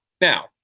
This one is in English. Now